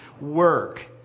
work